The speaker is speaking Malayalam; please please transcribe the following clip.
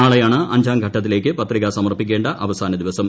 നാളെയാണ് അഞ്ചാം ഘട്ടത്തിലേക്ക് പത്രിക സമർപ്പിക്കേണ്ട അവസാന ദിവസം